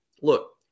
Look